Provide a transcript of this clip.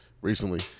recently